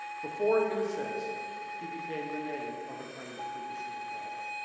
before in a sense he became the name of a kind of traditional ballad.